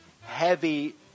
heavy